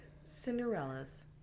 Cinderella's